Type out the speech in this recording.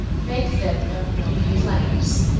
make, then, no more complaints.